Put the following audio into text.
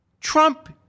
Trump